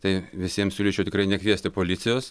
tai visiem siūlyčiau tikrai nekviesti policijos